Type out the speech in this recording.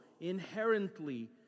inherently